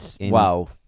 Wow